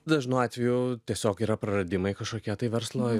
dažnu atveju tiesiog yra praradimai kažkokie tai verslo